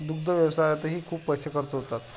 दुग्ध व्यवसायातही खूप पैसे खर्च होतात